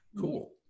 cool